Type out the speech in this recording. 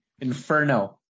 inferno